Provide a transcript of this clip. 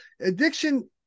addiction